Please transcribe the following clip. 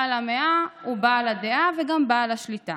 בעל המאה הוא בעל הדעה וגם בעל השליטה.